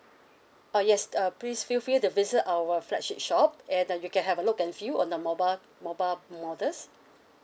oh yes uh please feel free to visit our flagship shop and uh you can have a look and feel on the mobile mobile models